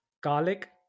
garlic